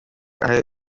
ahe